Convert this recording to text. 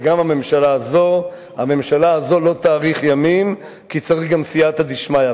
וגם הממשלה הזאת לא תאריך ימים כי צריך גם סייעתא דשמיא,